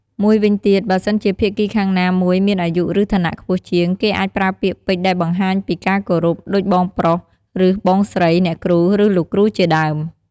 មួយវិញទៀត បើសិនជាភាគីខាងណាមួយមានអាយុ ឬឋានៈខ្ពស់ជាង គេអាចប្រើពាក្យពេចន៍ ដែលបង្ហាញពីការគោរព ដូចបងប្រុស ឬ បងស្រី អ្នកគ្រូ ឬ លោកគ្រូជាដើម។